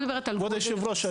כבוד היושב-ראש,